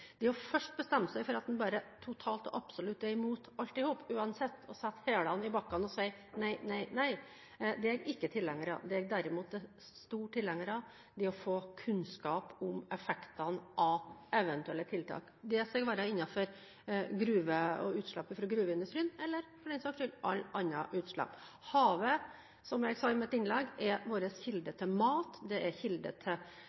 først. Det først å bestemme seg for at en bare totalt og absolutt er imot alt – uansett – og sette hælene i bakken og si nei, nei, nei, er jeg ikke tilhenger av. Jeg er derimot stor tilhenger av det å få kunnskap om effektene av eventuelle tiltak, det være seg om utslipp fra gruveindustrien eller om alle andre utslipp for den saks skyld. Havet er – som jeg sa i mitt innlegg